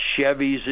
Chevys